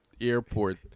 airport